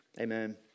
Amen